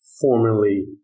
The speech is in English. formerly